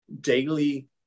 daily